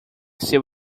seu